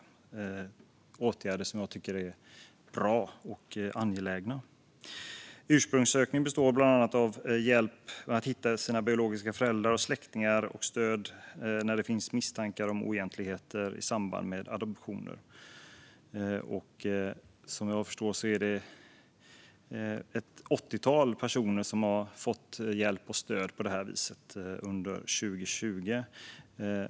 Det är åtgärder som jag tycker är bra och angelägna. Ursprungssökningen består bland annat av hjälp med att hitta de biologiska föräldrarna och släktingar och att ge stöd när det finns misstankar om oegentligheter i samband med adoptioner. Som jag förstår är det ett åttiotal personer som har fått hjälp och stöd på detta sätt under 2020.